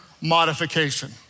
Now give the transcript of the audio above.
modification